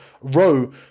row